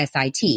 SIT